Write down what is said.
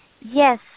Yes